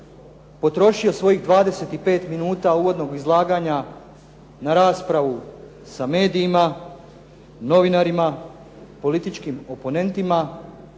potrošio svojih 25 minuta uvodnog izlaganja na raspravu sa medijima, novinarima, političkim oponentima